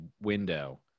window